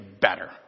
better